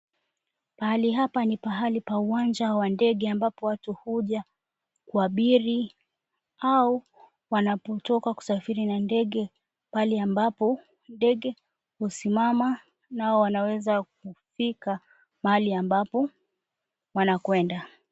Pahali hapa ni pahali pa uwanja wa ndege, ambapo watu huja kuabiri au wanapotoka kusafiri na ndege. Pahali ambapo ndege husimama, nao wanaweza kufika mahali ambapo wanakwenda.